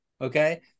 okay